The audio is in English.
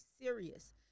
serious